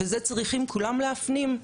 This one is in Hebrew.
וזה צריכים כולם להפנים,